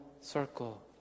circle